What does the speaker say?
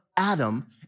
Adam